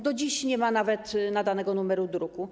Do dziś nie ma nawet nadanego numeru druku.